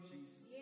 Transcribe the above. Jesus